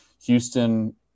Houston